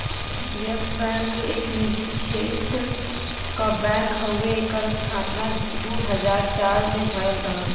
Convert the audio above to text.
yes Bank एक निजी क्षेत्र क बैंक हउवे एकर स्थापना दू हज़ार चार में भयल रहल